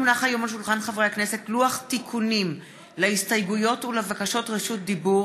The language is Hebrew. לוח תיקונים להסתייגויות ולבקשות רשות דיבור